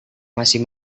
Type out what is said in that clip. masih